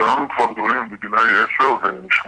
שהיום הם כבר גדולים, בגילאי עשר ושמונה,